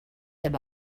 him